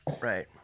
Right